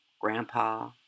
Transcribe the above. Grandpa